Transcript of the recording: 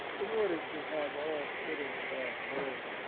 in order to have all put in a bad word.